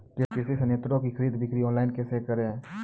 कृषि संयंत्रों की खरीद बिक्री ऑनलाइन कैसे करे?